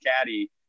caddy